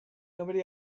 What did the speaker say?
nobody